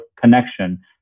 connection